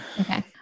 okay